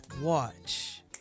watch